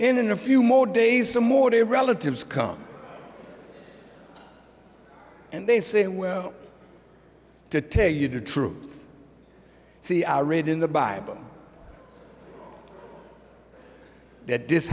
and in a few more days some more the relatives come and they say well to tell you the truth see i read in the bible that this